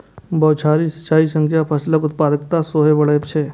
बौछारी सिंचाइ सं फसलक उत्पादकता सेहो बढ़ै छै